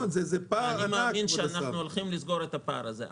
אני מאמין שאנחנו הולכים לסגור את הפער הזה.